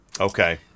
Okay